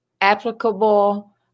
applicable